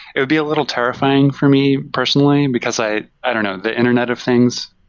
it would be a little terrifying for me, personally, because i i don't know. the internet of things,